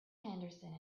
henderson